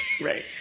right